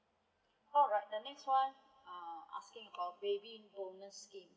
alright the next one asking about uh baby bonus scheme